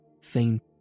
Faint